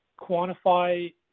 quantify